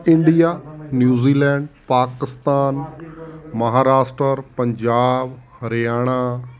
India New Zealand Pakistan Maharashtra Punjab Haryana